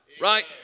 right